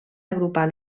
agrupar